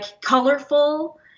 colorful